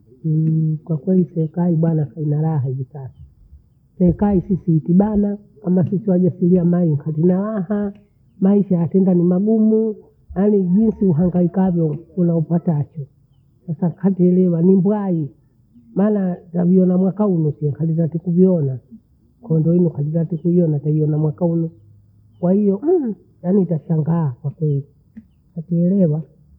kwakweli serikali bwana ina raha hivi sasa. Serikali sisi itubana kama sisi wajasilia mali hatuna raha, maisha yakenda ni magumu. Yaani jinsi uhangaikavyo kula upatacho. Sasa katelelwa ni bwai, maana gawio la mwaka ulo, kavila hatukuviona. Kwendo ule kuvila hatukiviona kwenye na mwaka huu, kwahiyo yaani ntashangaa kwa kweli kwa kuelewa